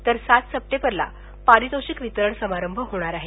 तर सात सप्टेंबरला पारितोषिक वितरण समारंभ होणार आहे